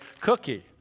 cookie